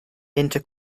into